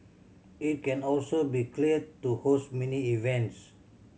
it can also be cleared to host mini events